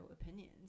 opinions